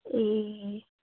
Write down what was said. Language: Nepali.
ए